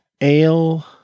ale